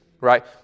Right